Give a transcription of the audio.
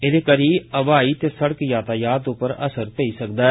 एह्दे करी हवाई ते शिड़क यातायात उप्पर असर पेई सकदा ऐ